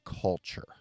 culture